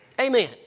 Amen